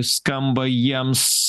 skamba jiems